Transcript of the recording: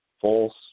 False